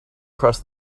across